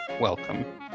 welcome